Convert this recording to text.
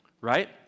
Right